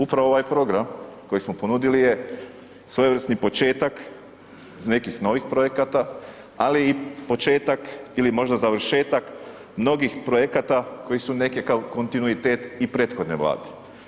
Upravo ovaj program koji smo ponudili je svojevrsni početak za nekih novih projekata, ali i početak ili možda završetak mnogih projekata koji su neki kontinuitet i prethodne vlade.